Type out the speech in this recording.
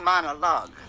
monologue